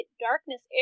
darkness